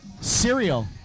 Cereal